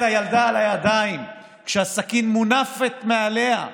הילדה על הידיים כשהסכין מונפת מעליה,